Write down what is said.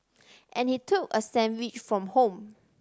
and he took a sandwich from home